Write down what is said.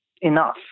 enough